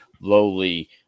lowly